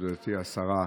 מכובדתי השרה,